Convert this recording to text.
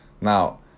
now